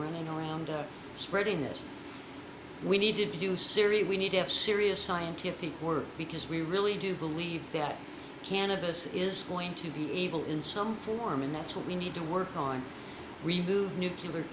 running around spreading this we need to do siri we need to have serious scientific work because we really do believe that cannabis is going to be able in some form and that's what we need to work on remove nuclear